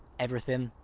everything.